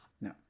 No